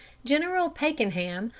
general pakenham,